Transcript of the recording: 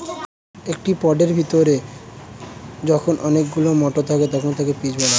একটি পডের ভেতরে যখন অনেকগুলো মটর থাকে তখন তাকে পিজ বলা হয়